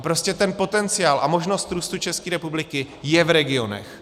Prostě ten potenciál a možnost růstu České republiky je v regionech.